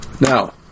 Now